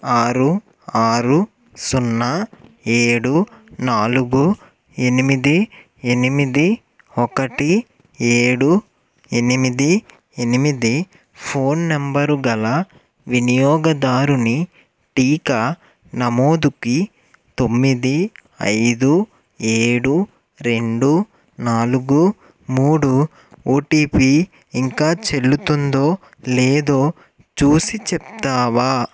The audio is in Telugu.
ఆరు ఆరు సున్నా ఏడు నాలుగు ఎనిమిది ఎనిమిది ఒకటి ఏడు ఎనిమిది ఎనిమిది ఫోన్ నంబర్ గల వినియోగదారుని టీకా నమోదుకి తొమ్మిది ఐదు ఏడు రెండు నాలుగు మూడు ఓటీపీ ఇంకా చెల్లుతుందో లేదో చూసి చెప్తావా